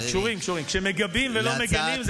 המיצגים לא קשורים.